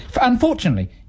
Unfortunately